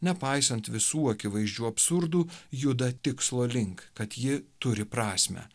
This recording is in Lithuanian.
nepaisant visų akivaizdžių absurdų juda tikslo link kad ji turi prasmę